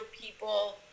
people